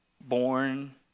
born